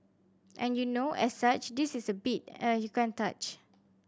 and you know as such this is a beat uh you can't touch